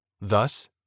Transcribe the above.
Thus